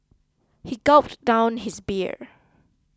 he gulped down his beer